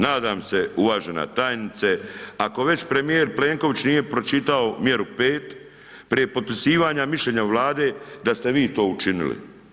Nadam se, uvažena tajnice, ako već premijer Plenković nije pročitao mjeru 5, prije potpisivanja Mišljenja Vlade, da ste vi to učinili.